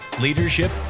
leadership